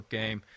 game